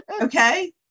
okay